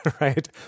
right